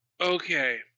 Okay